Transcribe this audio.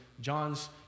John's